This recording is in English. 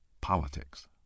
politics